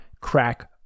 crack